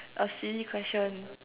a silly question